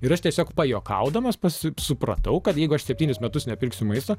ir aš tiesiog pajuokaudamas pas supratau kad jeigu aš septynis metus nepirksiu maisto